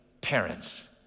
parents